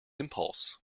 impulse